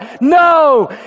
No